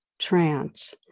trance